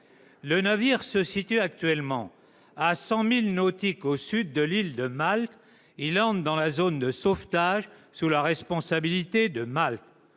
Le navire se situe actuellement à 100 milles nautiques au sud de l'île de Malte. Il entre dans la zone de sauvetage sous la responsabilité de Malte.